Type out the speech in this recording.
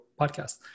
podcast